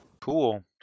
Cool